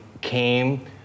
came